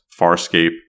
Farscape